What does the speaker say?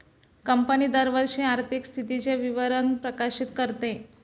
company दरवर्षी आर्थिक स्थितीचे विवरण प्रकाशित करते